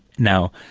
now,